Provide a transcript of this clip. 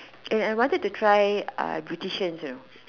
and I wanted to try uh beauticians you know